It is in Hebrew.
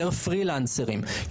פרי לנסרים,